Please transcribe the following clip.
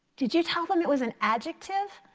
did you tell them it was an adjective?